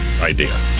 idea